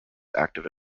active